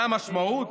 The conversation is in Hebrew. מה המשמעות?